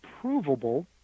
provable